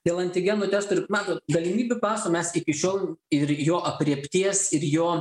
dėl antigenų testų ir matot galimybių paso mes iki šiol ir jo aprėpties ir jo